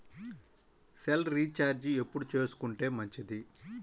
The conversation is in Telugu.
సెల్ రీఛార్జి ఎప్పుడు చేసుకొంటే మంచిది?